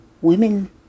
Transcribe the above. women